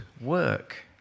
work